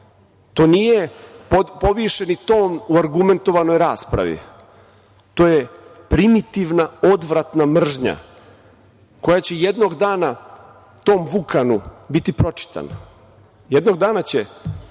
To nije povišeni ton u argumentovanoj raspravi. To je primitivna, odvratna mržnja koja će jednog dana tom Vukanu biti pročitana. Jednog dana će